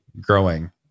growing